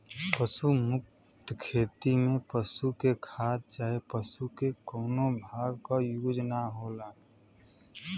पशु मुक्त खेती में पशु के खाद चाहे पशु के कउनो भाग क यूज ना होला